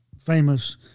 famous